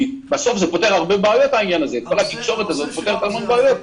כי בסוף כל התקשורת הזאת פותרת המון בעיות.